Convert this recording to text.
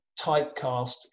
typecast